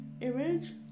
image